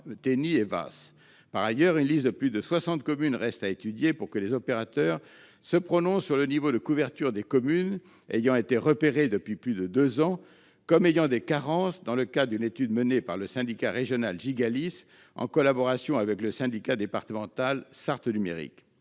Tennie et Vaas. Par ailleurs, une liste de plus de 60 communes reste à étudier pour que les opérateurs se prononcent sur le niveau de couverture des communes ayant été repérées, depuis plus de deux ans, comme ayant des carences, dans le cadre d'une étude menée par le syndicat régional Gigalis, en collaboration avec le syndicat départemental Sarthe numérique.